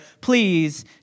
Please